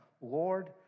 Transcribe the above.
Lord